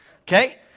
Okay